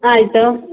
ಆಯಿತು